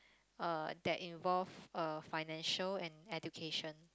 uh that involve uh financial and education